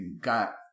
got